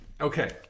Okay